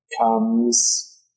comes